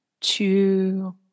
two